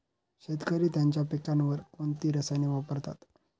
शेतकरी त्यांच्या पिकांवर कोणती रसायने वापरतात?